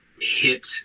hit